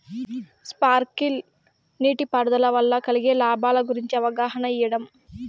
Sprinkle నీటిపారుదల వల్ల కలిగే లాభాల గురించి అవగాహన ఇయ్యడం?